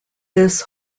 this